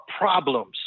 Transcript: problems